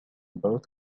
both